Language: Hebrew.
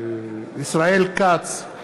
ישראל כץ,